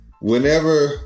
whenever